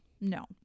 no